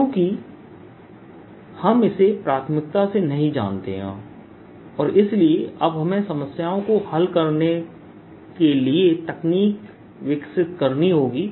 PP0e xa y P0 E Free0 P0 क्योंकि हम इसे प्राथमिकता से नहीं जानते हैं और इसलिए अब हमें समस्याओं को हल करने के लिए तकनीक विकसित करनी होगी